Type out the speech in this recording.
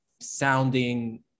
sounding